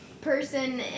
person